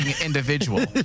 individual